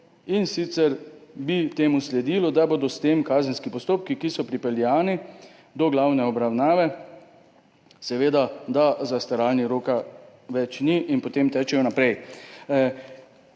in sicer bi temu sledilo, da s tem za kazenske postopke, ki so pripeljani do glavne obravnave, seveda, zastaralnega roka več ni in potem tečejo naprej.